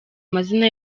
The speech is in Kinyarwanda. amazina